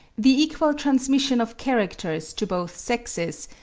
the equal transmission of characters to both sexes,